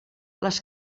les